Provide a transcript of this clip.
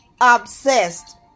obsessed